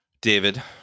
david